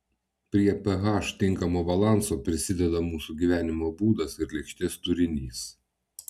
prie ph tinkamo balanso prisideda mūsų gyvenimo būdas ir lėkštės turinys